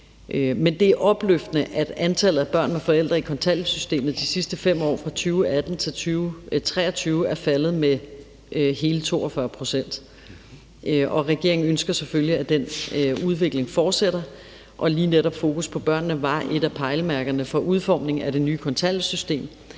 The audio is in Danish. Men det er opløftende, at antallet af børn med forældre i kontanthjælpssystemet de sidste 5 år fra 2018 til 2023 er faldet med hele 42 pct. Regeringen ønsker selvfølgelig, at den udvikling fortsætter, og lige netop fokus på børnene var et af pejlemærkerne for udformningen af det nye kontanthjælpssystem.